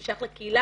זה שייך לקהילה.